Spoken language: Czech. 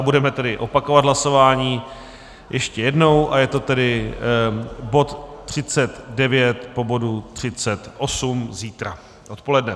Budeme opakovat hlasování ještě jednou a je to tedy bod 39 po bodu 38 zítra odpoledne.